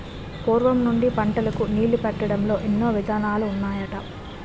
పూర్వం నుండి పంటలకు నీళ్ళు పెట్టడంలో ఎన్నో విధానాలు ఉన్నాయట